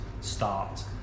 start